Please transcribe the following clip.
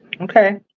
Okay